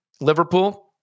Liverpool